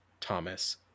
Thomas